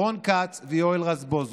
רון כץ ויואל רזבוזוב,